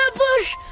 ah bush!